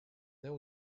there